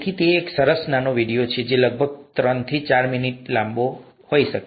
તેથી તે એક સરસ નાનો વિડિયો છે જે લગભગ ત્રણથી ચાર મિનિટ લાંબો હોઈ શકે છે